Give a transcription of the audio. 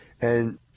And-